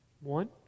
One